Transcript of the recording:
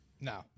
No